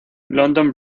london